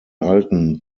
alten